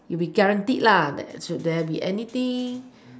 you be guaranteed lah that there be anything